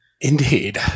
Indeed